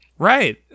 Right